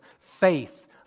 faith